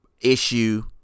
issue